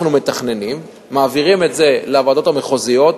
אנחנו מתכננים, מעבירים את זה לוועדות המחוזיות,